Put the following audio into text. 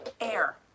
air